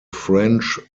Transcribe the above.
french